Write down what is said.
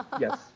Yes